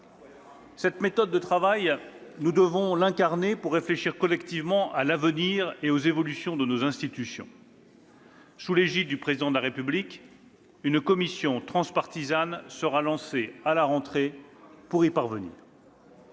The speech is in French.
cette méthode de travail pour réfléchir collectivement à l'avenir et aux évolutions de nos institutions. Sous l'égide du Président de la République, une commission transpartisane sera lancée à la rentrée pour y parvenir.